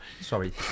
Sorry